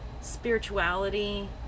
spirituality